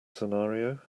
scenario